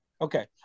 Okay